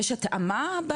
יש התאמה?